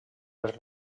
les